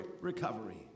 recovery